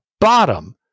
bottom